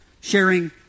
sharing